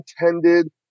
intended